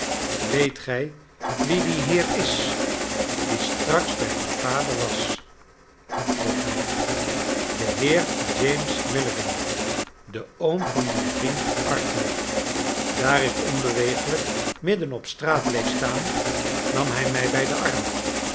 weet gij wie die heer is die straks bij uw vader was vroeg hij de heer james milligan de oom van uw vriend arthur daar ik onbeweeglijk middenop straat bleef staan nam hij mij bij den arm